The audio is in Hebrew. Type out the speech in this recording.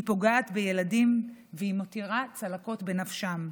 היא פוגעת בילדים והיא מותירה צלקות בנפשם.